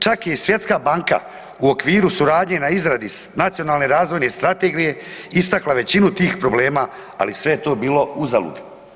Čak je i Svjetska banka u okviru suradnje na izradi Nacionalne razvojne strategije istakla većinu tih problema, ali sve je to bilo uzalud.